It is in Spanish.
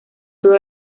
todo